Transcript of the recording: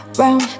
round